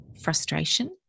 frustration